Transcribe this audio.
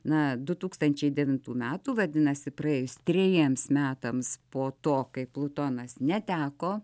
na du tūkstančiai devintų metų vadinasi praėjus trejiems metams po to kai plutonas neteko